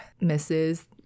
misses